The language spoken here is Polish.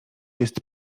jest